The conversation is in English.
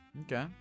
okay